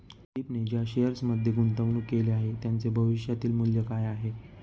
कुलदीपने ज्या शेअर्समध्ये गुंतवणूक केली आहे, त्यांचे भविष्यातील मूल्य काय आहे?